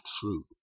fruit